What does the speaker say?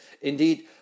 Indeed